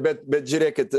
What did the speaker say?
bet bet žiūrėkit